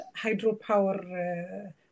Hydropower